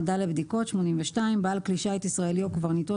82.חובת העמדה לבדיקות בעל כלי שיט ישראלי או קברניטו